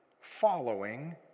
following